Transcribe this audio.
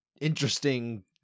interesting